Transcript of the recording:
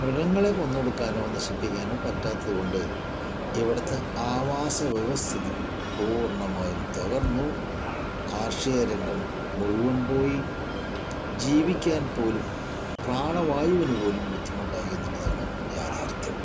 മൃഗങ്ങളെ കൊന്നൊടുക്കാനോ നശിപ്പിക്കാനോ പറ്റാത്തതു കൊണ്ട് ഇവിടത്തെ ആവാസ വ്യവസ്ഥിതി പൂർണ്ണമായും തകർന്നു കാർഷിക രംഗം മുഴുവൻ പോയി ജീവിക്കാൻ പോലും പ്രാണവായുവിനു പോലും ബുദ്ധിമുട്ടായി എന്നുള്ളതാണ് യാഥാർഥ്യം